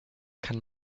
kann